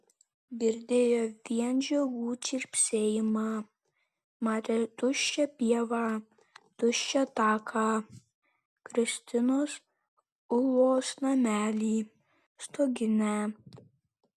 girdėjo vien žiogų čirpsėjimą matė tuščią pievą tuščią taką kristinos ulos namelį stoginę